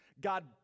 God